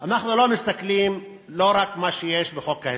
אנחנו מסתכלים לא רק על מה שיש בחוק ההסדרים,